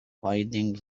finding